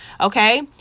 Okay